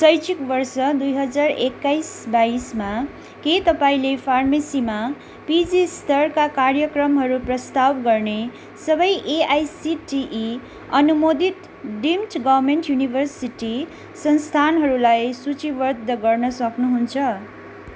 शैक्षिक वर्ष दुई हजार एक्काइस बाइसमा के तपाईँँले फार्मेसीमा पिजी स्तरका कार्यक्रमहरू प्रस्ताव गर्ने सबै एआइसिटिई अनुमोदित डिम्ड गभर्मेन्ट युनिभर्सिटी संस्थानहरूलाई सूचीबद्ध गर्न सक्नुहुन्छ